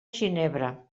ginebra